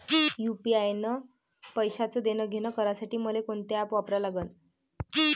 UPI न पैशाचं देणंघेणं करासाठी मले कोनते ॲप वापरा लागन?